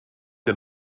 der